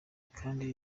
kandi